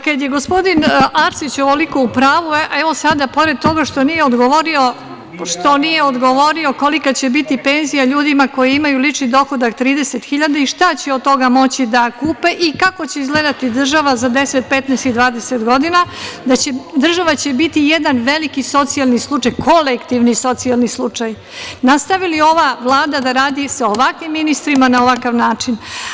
Kada je gospodin Arsić ovoliko u pravu, sada pored toga što nije odgovorio kolika će biti penzija ljudima koji imaju lični dohodak 30 hiljada i šta će od toga moći da kupe i kako će izgledati država za 10,15 i 20 godina, država će biti jedan veliki socijalni slučaj, kolektivni socijalni slučaj, nastavi li ova Vlada da radi sa ovakvim ministrima na ovakav način.